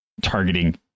targeting